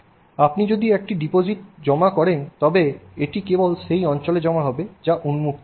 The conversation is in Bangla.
আপনি যদি একটি ডিপোজিট জমা করেন তবে এটি কেবল সেই অঞ্চলে জমা হবে যা উন্মুক্ত